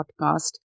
podcast